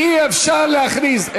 אי-אפשר להכריז.